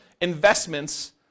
investments